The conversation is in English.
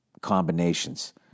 combinations